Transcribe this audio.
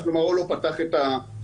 כלומר או לא פתח את ההודעה,